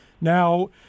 Now